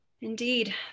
Indeed